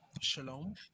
Shalom